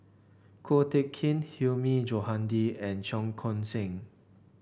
Ko Teck Kin Hilmi Johandi and Cheong Koon Seng